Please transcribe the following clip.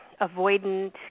avoidant